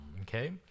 okay